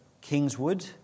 Kingswood